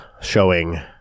showing